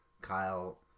Kyle